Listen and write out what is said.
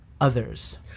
Others